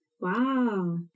Wow